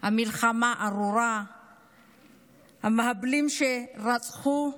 המלחמה הארורה והמחבלים שרצחו,